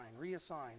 reassign